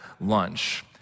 lunch